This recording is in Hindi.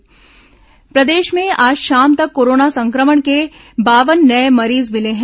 कोरोना मरीज प्रदेश में आज शाम तक कोरोना संक्रमण के बावन नये मरीज मिले हैं